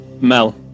Mel